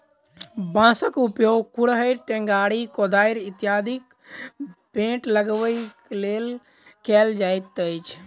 बाँसक उपयोग कुड़हड़ि, टेंगारी, कोदारि इत्यादिक बेंट लगयबाक लेल कयल जाइत अछि